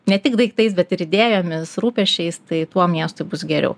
ne tik daiktais bet ir idėjomis rūpesčiais tai tuo miestui bus geriau